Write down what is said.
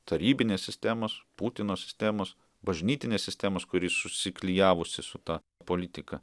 tarybinės sistemos putino sistemos bažnytinės sistemos kuri susiklijavusi su ta politika